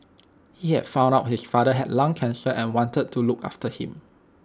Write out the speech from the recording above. he had found out his father had lung cancer and wanted to look after him